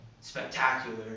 spectacular